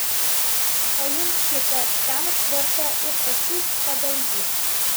paimk kitą seną švarką ir pasiūk pagal jį